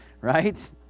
right